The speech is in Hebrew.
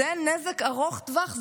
זה נזק ארוך טווח,